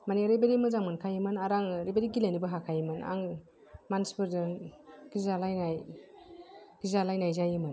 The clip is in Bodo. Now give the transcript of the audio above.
माने ओरैबादि मोजां मोनखायोमोन आरो आङो ओरैबादि गेलेनोबो हाखायोमोन आं मानसिफोरजों गिजालायनाय गिजालायनाय जायोमोन